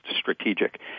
strategic